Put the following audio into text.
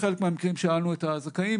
בחלק מהמקרים שאלנו את הזכאים,